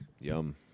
Yum